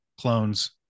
clones